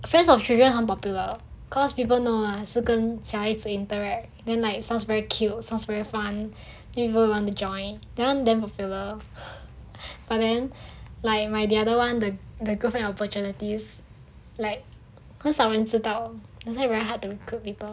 friends of children 很 popular cause people know lah 是跟小孩子 interact then like sounds very cute sounds very fun people want to join that [one] very popular but then like my the other [one] the the girlfriend opportunities like 很少人知道 so it's very hard to recruit people